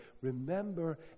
Remember